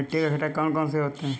मिट्टी के घटक कौन से होते हैं?